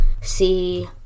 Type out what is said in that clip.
see